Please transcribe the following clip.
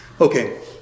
Okay